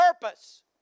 purpose